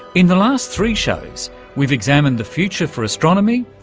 in the last three shows we've examined the future for astronomy,